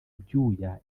ibyuya